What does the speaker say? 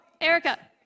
Erica